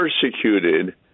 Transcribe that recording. persecuted